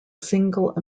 single